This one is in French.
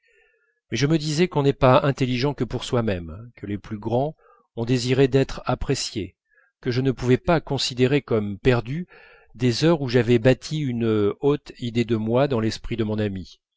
mais je me disais qu'on n'est pas intelligent que pour soi-même que les plus grands ont désiré d'être appréciés que je ne pouvais pas considérer comme perdues des heures où j'avais bâti une haute idée de moi dans l'esprit de mon ami